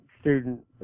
student